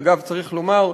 אגב, צריך לומר,